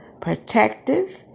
protective